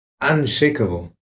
unshakable